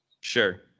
Sure